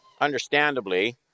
Understandably